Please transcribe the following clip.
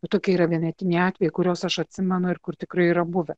nu tokie yra vienetiniai atvejai kuriuos aš atsimenu ir kur tikrai yra buvę